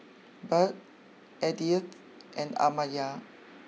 Budd Edythe and Amaya